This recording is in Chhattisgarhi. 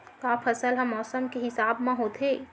का फसल ह मौसम के हिसाब म होथे?